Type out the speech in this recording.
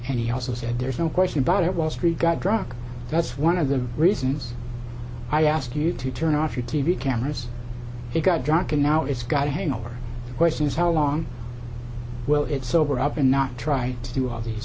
and he also said there's no question about it wall street got drunk that's one of the reasons i asked you to turn off your t v cameras it got drunk and now it's got a hangover question is how long will it sober up and not try to do all these